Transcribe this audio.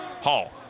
Hall